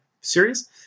series